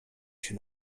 się